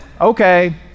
okay